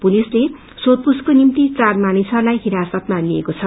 पुलिसले सोषपूछको निम्त चार मानिसहरूलाई डिरासतमा लिएको छ